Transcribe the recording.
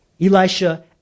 Elisha